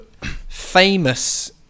famous